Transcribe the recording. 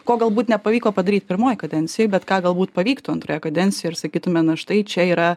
ko galbūt nepavyko padaryt pirmoj kadencijoj bet ką galbūt pavyktų antroje kadencijoj ir sakytume na štai čia yra